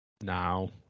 now